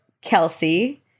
Kelsey